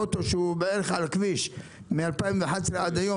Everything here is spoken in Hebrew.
אוטו שהוא על הכביש מ-2011 עד היום,